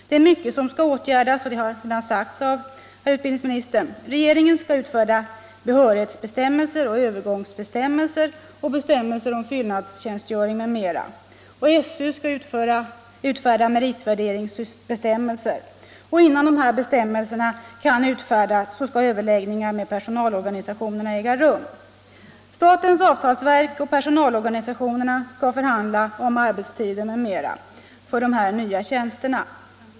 Det är mycket som måste åtgärdas, som redan framhållits av utbildningsministern. Regeringen skall utfärda behörighetsbestämmelser, övergångsbestämmelser, bestämmelser om fyllnadstjänstgöring m.m. Skolöverstyrelsen skall utfärda meritvärderingsbestämmelser. Innan de här bestämmelserna kan utfärdas skall överläggningar med personalorganisationerna äga rum. Statens avtalsverk och personalorganisationerna skall vidare förhandla om arbetstid m.m. för de nya tjänsterna.